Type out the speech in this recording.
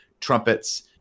trumpets